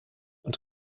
und